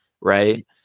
right